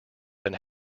than